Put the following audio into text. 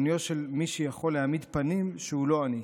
עוניו של מי שיכול להעמיד פנים שהוא לא עני.